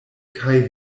kaj